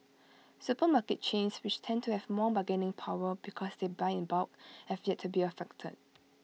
supermarket chains which tend to have more bargaining power because they buy in bulk have yet to be affected